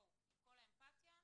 אז בואו, עם כל האמפתיה --- תודה.